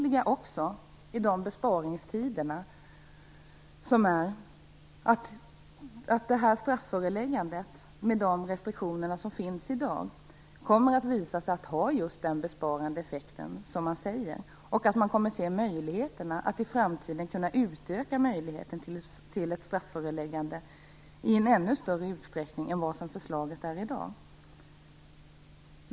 I dessa besparingstider är vi också oroliga att strafföreläggandet med de restriktioner som finns i dag kommer att visa sig ha just de besparingseffekter som man säger och att man kommer att se möjligheterna att i framtiden utöka möjligheten till strafföreläggande i ännu större utsträckning.